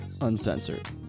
uncensored